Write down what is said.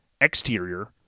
exterior